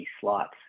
slots